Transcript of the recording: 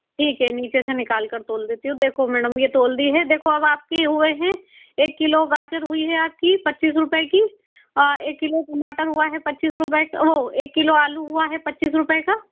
ठीक है नीचे से निकालकर तोल देती हूँ देखो मैडम ये तोल दी है देखो अब ये आपकी हुए हैं एक किलो गाजर हुई है आपकी पच्चीस रुपए की एक किलो टमाटर हुआ है पच्चीस वो एक किलो आलू हुआ है पच्चीस रुपए का